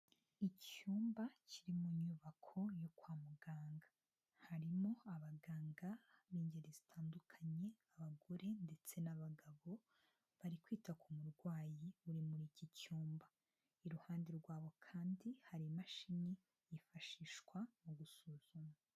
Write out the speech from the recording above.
Icyumba kiri mu nyubako yo kwa muganga. Harimo abaganga b'ingeri zitandukanye, abagore ndetse n'abagabo, bari kwita ku murwayi uri muri iki cyumba. Iruhande rwabo kandi hari imashini yifashishwa mu gusuzuma.